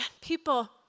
people